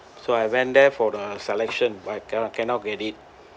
so I went there for the selection but I cannot cannot get it